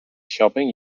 shopping